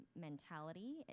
mentality